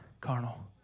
carnal